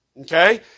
Okay